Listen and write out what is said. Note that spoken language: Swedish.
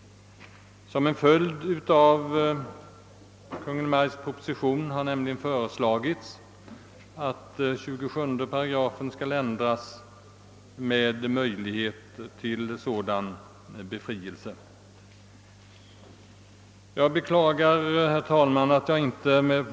Som en följd av Kungl. Maj:ts proposition har det nämligen föreslagits att 27 8 skall ändras så att befrielsemöjlighet i det fallet föreligger.